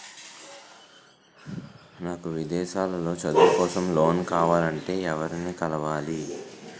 నాకు విదేశాలలో చదువు కోసం లోన్ కావాలంటే ఎవరిని కలవాలి?